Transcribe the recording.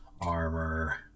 armor